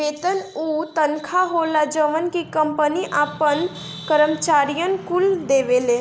वेतन उ तनखा होला जवन की कंपनी आपन करम्चारिअन कुल के देवेले